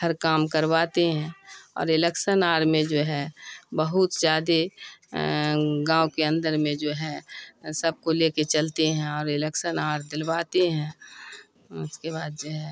ہر کام کرواتے ہیں اور الیکشن آر میں جو ہے بہت زیادہ گاؤں کے اندر میں جو ہے سب کو لے کے چلتے ہیں اور الیکشن آر دلواتے ہیں اس کے بعد جو ہے